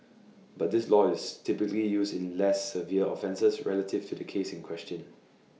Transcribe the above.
but this law is typically used in less severe offences relative to the case in question